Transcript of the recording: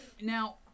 Now